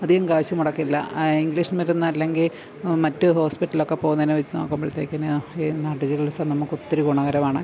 അധികം കാശ് മുടക്കില്ല ഇംഗ്ലീഷ് മരുന്നല്ലെങ്കില് മറ്റ് ഹോസ്പിറ്റലൊക്കെ പോകുന്നതിനെ വച്ചുനോക്കുമ്പഴത്തേക്കെന്നാ ഈ നാട്ടു ചികിത്സ നമുക്കൊത്തിരി ഗുണകരമാണ്